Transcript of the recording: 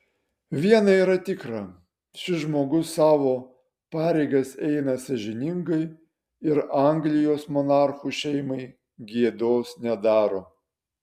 viena yra tikra šis žmogus savo pareigas eina sąžiningai ir anglijos monarchų šeimai gėdos nedaro